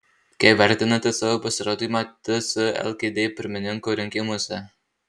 kaip vertinate savo pasirodymą ts lkd pirmininko rinkimuose